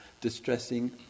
distressing